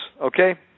okay